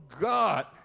God